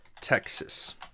texas